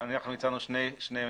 הצענו שני דברים.